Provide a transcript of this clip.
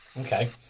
Okay